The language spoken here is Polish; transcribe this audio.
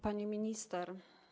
Pani Minister!